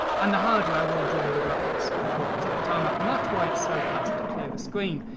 and the hardware will draw the graphics according to that tile map, and that's why it's so fast to clear the screen,